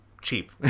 cheap